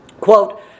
Quote